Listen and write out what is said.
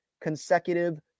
consecutive